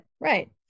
Right